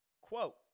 quote